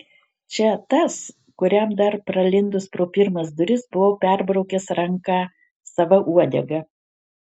čia tas kuriam dar pralindus pro pirmas duris buvau perbraukęs ranką sava uodega